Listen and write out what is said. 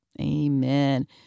Amen